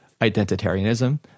identitarianism